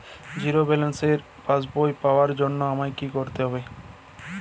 Zero ব্যালেন্সের পাসবই পাওয়ার জন্য আমায় কী করতে হবে?